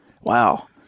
Wow